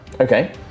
Okay